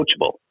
coachable